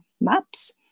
maps